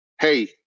hey